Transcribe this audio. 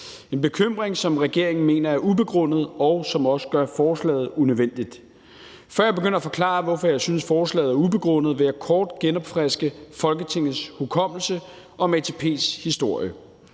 en bekymring, som regeringen mener er ubegrundet, hvilket også gør forslaget unødvendigt. Før jeg begynder at forklare, hvorfor jeg synes, forslaget er ubegrundet, vil jeg kort genopfriske Folketingets hukommelse om ATP's historie.